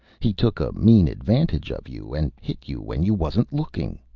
he took a mean advantage of you and hit you when you wasn't looking.